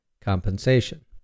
compensation